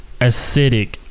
acidic